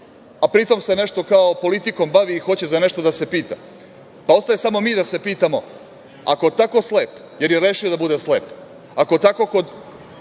a pritom se nešto kao politikom bavi i hoće za nešto da se pita, pa ostaje samo mi da se pitamo – ako tako slep, jer je rešio da bude slep, ako je tako kod